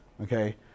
Okay